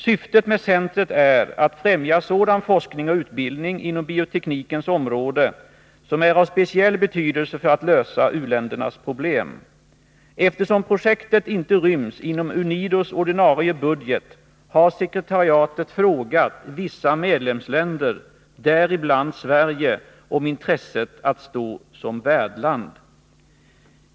Syftet med centret är att främja sådan Nr 22 forskning och utbildning inom bioteknikens område som är av speciell Tisdagen den betydelse för att lösa u-ländernas problem. Eftersom projektet inte ryms 9 november 1982 inom UNIDO:s ordinarie budget har sekretariatet frågat vissa medlemsländer — däribland Sverige — om intresset att stå som värdland.